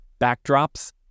backdrops